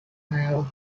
have